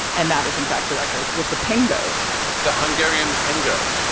and that is, in fact, the record with the pengo the hungarian pengo.